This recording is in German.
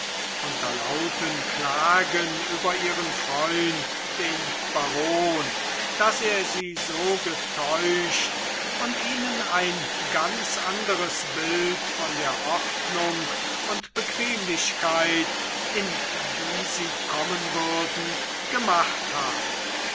unter lauten klagen über ihren freund den baron daß er sie so getäuscht und ihnen ein ganz anderes bild von der ordnung und bequemlichkeit in die sie kommen würden gemacht habe